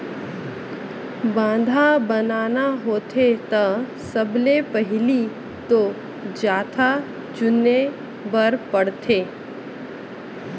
बांधा बनाना होथे त सबले पहिली तो जघा चुने बर परथे